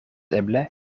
eble